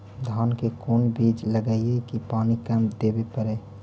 धान के कोन बिज लगईऐ कि पानी कम देवे पड़े?